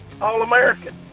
All-American